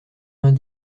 vingt